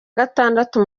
gatandatu